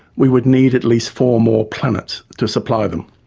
we would need at least four more planets to supply them.